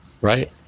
Right